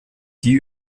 die